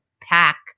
pack